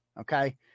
Okay